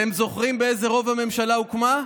אתם זוכרים באיזה רוב הממשלה הוקמה?